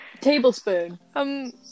Tablespoon